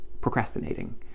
procrastinating